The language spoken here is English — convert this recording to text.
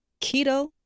Keto